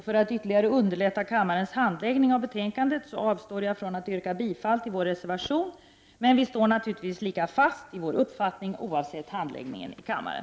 För att ytterligare underlätta kammarens handläggning av betänkandet avstår jag från att yrka bifall till vår reservation, men vi står naturligtvis lika fast i vår uppfattning, oavsett handläggningen i kammaren.